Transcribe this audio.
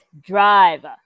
drive